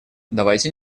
давайте